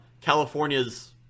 California's